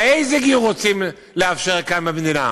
ואיזה גיור רוצים לאפשר כאן במדינה.